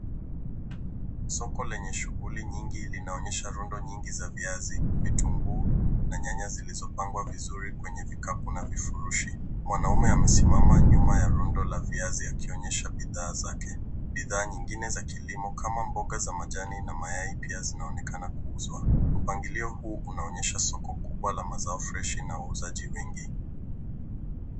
Soko lenye shughuli nyingi linaonyesha rundo nyingi za viazi, vitunguu na nyanya zilizopangwa vizuri kwenye vikapu na vifurushi. Mwanaume amesimama nyuma ya rundo la viazi akionyesha bidhaa zake. Bidhaa nyingine za kilimo kama mboga za majani na mayai pia zinaonekana kuuzwa. Mpangilio huu unaonyesha soko kubwa la mazao freshi na wauzaji wengi.